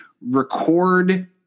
record